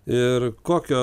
ir kokio